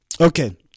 okay